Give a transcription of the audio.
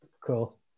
cool